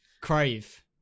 Crave